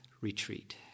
retreat